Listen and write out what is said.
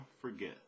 forget